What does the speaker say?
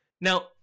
Now